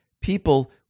people